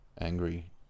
angry